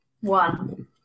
One